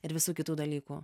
ir visų kitų dalykų